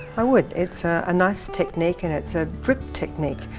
oh like it's a nice technique and it's a drip technique,